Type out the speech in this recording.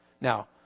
Now